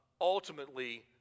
ultimately